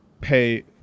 Pay